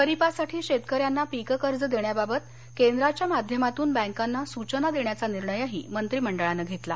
खरीपासाठी शेतकऱ्यांना पीककर्ज देण्याबाबत केंद्राच्या माध्यमातून बँकांना सूचना देण्याचा निर्णयही मंत्रीमंडळानं घेतला